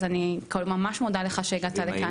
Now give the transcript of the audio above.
אז אני ממש מודה לך שהגעת לכאן.